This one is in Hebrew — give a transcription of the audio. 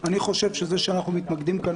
אני חושב שזה שאנחנו מתמקדים כאן